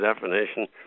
definition